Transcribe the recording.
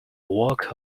work